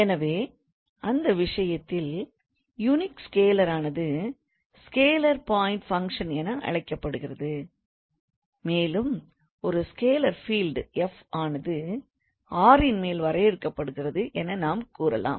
எனவே அந்த விஷயத்தில் யுனிக் ஸ்கேலாரானது ஸ்கேலர் பாயிண்ட் பங்க்ஷன் என அழைக்கப்படுகிறது மேலும் ஒரு ஸ்கேலார் பீல்ட் f ஆனது R ன்மேல் வரையறுக்கப்படுகிறது என நாம் கூறலாம்